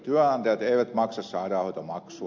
työnantajat eivät maksa sairaanhoitomaksua